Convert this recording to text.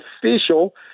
official